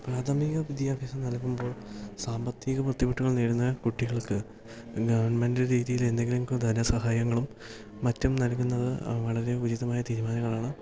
പ്രാഥമിക വിദ്യാഭ്യാസം നൽകുമ്പോൾ സാമ്പത്തിക ബുദ്ധിമുട്ടുകൾ നേരിടുന്ന കുട്ടികൾക്ക് ഗവൺമെൻ്റിൻ്റെ രീതിയിൽ എന്തെങ്കിലുമൊക്കെ ധനസഹായങ്ങളും മറ്റും നൽകുന്നത് വളരെ ഉചിതമായ തീരുമാനങ്ങളാണ്